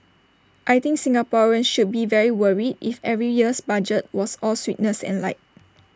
I think Singaporeans should be very worried if every year's budget was all sweetness and light